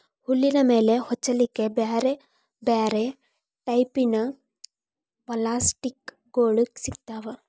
ಹುಲ್ಲಿನ ಮೇಲೆ ಹೊಚ್ಚಲಿಕ್ಕೆ ಬ್ಯಾರ್ ಬ್ಯಾರೆ ಟೈಪಿನ ಪಪ್ಲಾಸ್ಟಿಕ್ ಗೋಳು ಸಿಗ್ತಾವ